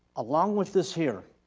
along with this here,